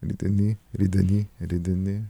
rideni rideni rideni